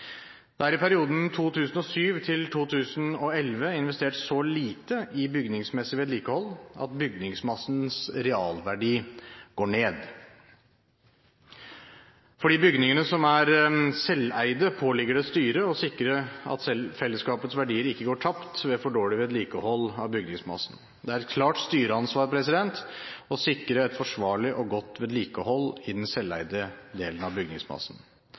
Det er i perioden 2007–2011 investert så lite i bygningsmessig vedlikehold at bygningsmassens realverdi går ned. For de bygningene som er selveide, påligger det styret å sikre at fellesskapets verdier ikke går tapt ved for dårlig vedlikehold av bygningsmassen. Det er et klart styreansvar å sikre et forsvarlig og godt vedlikehold av den selveide delen av bygningsmassen.